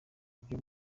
byo